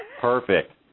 perfect